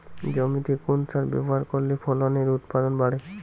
জমিতে কোন সার ব্যবহার করলে ফসলের উৎপাদন বাড়ে?